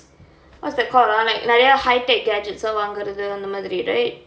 what's that called ah like nariyaa high technology gadgets lah வாங்குறது அந்த மாதிரி:vaangurathu antha maathiri right